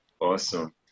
awesome